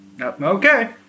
okay